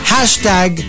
Hashtag